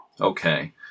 Okay